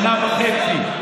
שנה וחצי.